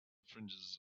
fringes